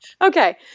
Okay